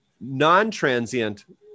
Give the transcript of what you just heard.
non-transient